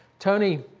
tony,